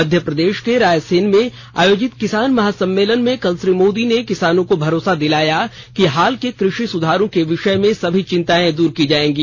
मध्य प्रदेश के रायसेन में आयोजित किसान महा सम्मेलन में कल श्री मोदी ने किसानों को भरोसा दिलाया कि हाल के कृषि सुधारों के विषय में सभी चिंताएं दूर की जाएंगी